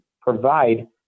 provide